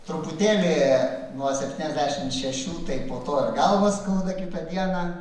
truputėlį nuo septyniasdešimt šešių tai po to ir galvą skauda kitą dieną